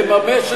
לא מעודד אף אחד.